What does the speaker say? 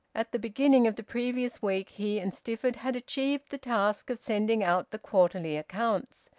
at the beginning of the previous week he and stifford had achieved the task of sending out the quarterly accounts,